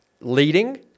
leading